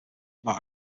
about